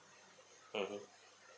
mmhmm